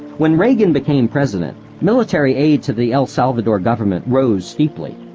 when reagan became president, military aid to the el salvador government rose steeply.